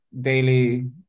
daily